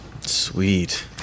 Sweet